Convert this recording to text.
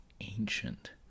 ancient